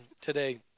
today